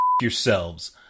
yourselves